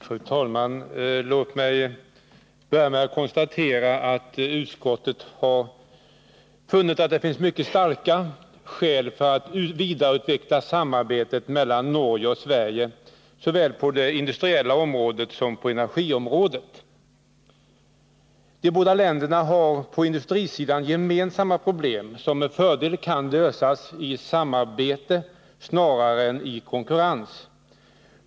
Fru talman! Låt mig börja med att konstatera att utskottet har funnit att det föreligger mycket starka skäl för att vidareutveckla samarbetet mellan Norge och Sverige såväl på det industriella området som på energiområdet. De båda länderna har på industrisidan gemensamma problem, som med fördel kan lösas i samarbete snarare än i konkurrens.